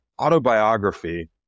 autobiography